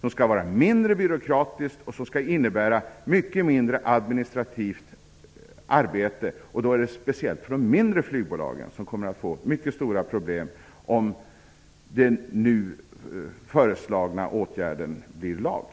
Det bör vara mindre byråkratiskt, och det bör innebära mycket mindre av administrativt arbete. Detta berör speciellt de mindre flygbolagen, som kommer att få mycket stora problem om den nu föreslagna åtgärden blir lag.